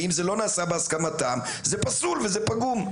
ואם זה לא נעשה בהסכמתם, זה פסול וזה פגום.